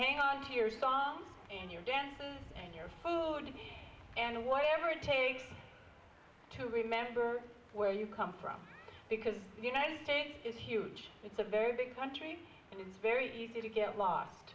hang on to your song and your dances and your food and whatever it takes to remember where you come from because you know it's huge it's a very big country and it's very easy to get lost